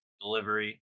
delivery